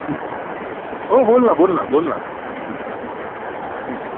हो बोल ना बोल ना बोल ना